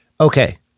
okay